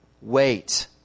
wait